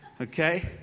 Okay